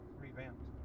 revamped